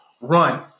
run